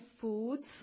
foods